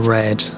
red